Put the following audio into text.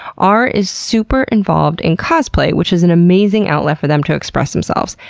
r is super involved in cosplay, which is an amazing outlet for them to express themselves.